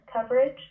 coverage